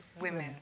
women